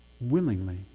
willingly